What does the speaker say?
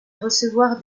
recevoir